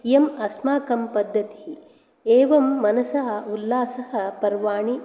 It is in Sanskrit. इयम् अस्माकं पद्धतिः एवं मनसः उल्लासः पर्वाणि